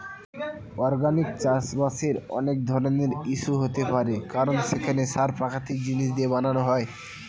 organic চাষবাসের অনেক ধরনের ইস্যু হতে পারে কারণ সেখানে সার প্রাকৃতিক জিনিস দিয়ে বানানো হয়